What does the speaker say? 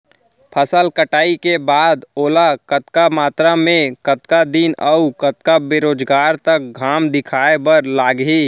फसल कटाई के बाद ओला कतका मात्रा मे, कतका दिन अऊ कतका बेरोजगार तक घाम दिखाए बर लागही?